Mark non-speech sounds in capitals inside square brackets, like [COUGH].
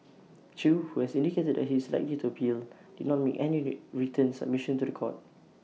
chew who has indicated that he is likely to appeal did not make any [UNINTELLIGIBLE] written submission to The Court